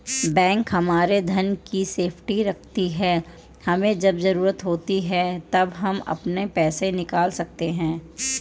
bank हमारे धन की सेफ्टी रखती है हमे जब जरूरत होती है तब हम अपना पैसे निकल सकते है